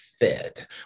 fed